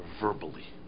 verbally